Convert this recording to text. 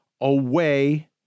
away